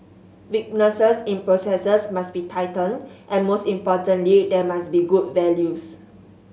weaknesses in processes must be tightened and most importantly there must be good values